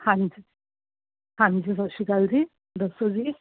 ਹਾਂਜੀ ਹਾਂਜੀ ਸਤਿ ਸ਼੍ਰੀ ਅਕਾਲ ਜੀ ਦੱਸੋ ਜੀ